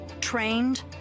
trained